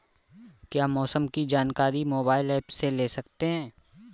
क्या मौसम की जानकारी मोबाइल ऐप से ले सकते हैं?